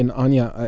and anya, ah